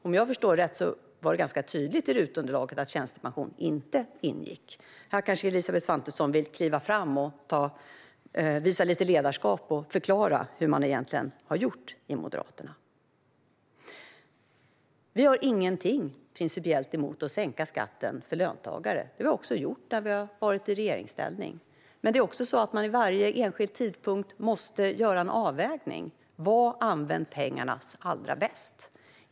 Om jag förstår saken rätt stod det ganska tydligt i RUT-underlaget att tjänstepension inte ingick. Elisabeth Svantesson vill kanske kliva fram och visa lite ledarskap här och förklara hur ni i Moderaterna egentligen har gjort. Vi har principiellt ingenting emot att sänka skatten för löntagare. Det har vi också gjort i regeringsställning. Men vid varje enskild tidpunkt måste man göra en avvägning av var pengarna används allra bäst.